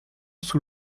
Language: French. sous